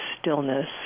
stillness